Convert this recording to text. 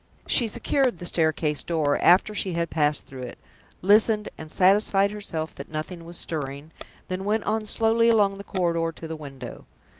she secured the staircase door, after she had passed through it listened, and satisfied herself that nothing was stirring then went on slowly along the corridor to the window.